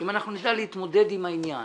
אם נדע להתמודד עם העניין